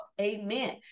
amen